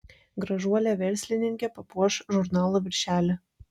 gražuolė verslininkė papuoš žurnalo viršelį